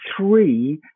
three